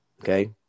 Okay